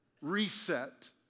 reset